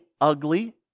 ugly